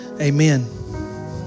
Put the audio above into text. Amen